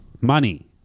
money